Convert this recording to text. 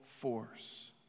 force